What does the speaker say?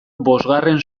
bosgarren